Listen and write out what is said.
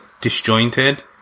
disjointed